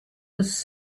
was